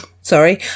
sorry